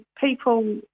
people